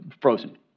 frozen